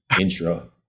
intro